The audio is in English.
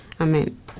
Amen